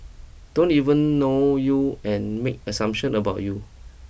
don't even know you and make assumptions about you